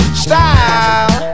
style